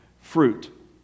fruit